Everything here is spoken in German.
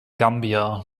gambia